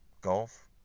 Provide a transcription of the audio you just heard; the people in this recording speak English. Golf